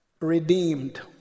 redeemed